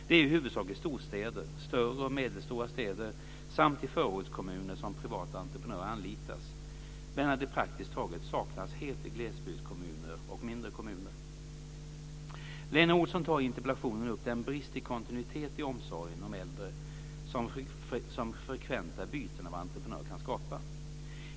Det är i huvudsak i storstäder, större och medelstora städer samt i förortskommuner som privata entreprenörer anlitas, medan de praktiskt taget saknas helt i glesbygdskommuner och mindre kommuner. Lena Olsson tar i interpellationen upp den brist i kontinuitet i omsorgen om äldre som frekventa byten av entreprenör kan skapa.